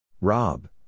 Rob